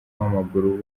w’amaguru